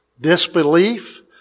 disbelief